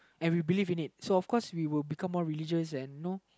and we believe in it so of course we will become more religious and you know